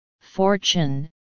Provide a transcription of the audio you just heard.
fortune